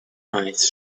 eyes